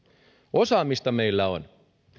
osaamista meillä on